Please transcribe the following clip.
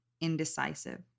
indecisive